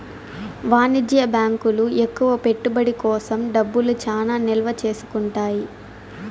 వాణిజ్య బ్యాంకులు ఎక్కువ పెట్టుబడి కోసం డబ్బులు చానా నిల్వ చేసుకుంటాయి